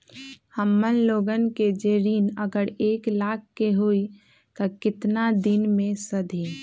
हमन लोगन के जे ऋन अगर एक लाख के होई त केतना दिन मे सधी?